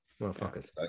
Motherfuckers